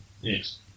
Yes